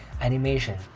animation